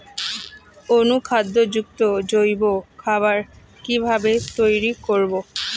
অনুখাদ্য যুক্ত জৈব খাবার কিভাবে তৈরি করব?